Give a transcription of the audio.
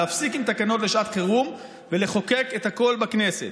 להפסיק עם תקנות לשעת חירום ולחוקק את הכול בכנסת.